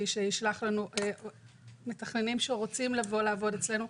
שישלח לנו מתכננים שרוצים לבוא לעבוד אצלנו.